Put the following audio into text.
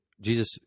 Jesus